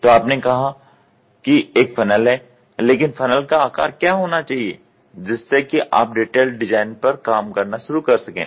तो आपने कहा कि एक फ़नल है लेकिन फ़नल का आकर क्या होना चाहिए जिससे कि आप डिटेल्ड डिज़ाइन पर काम शुरू कर सकें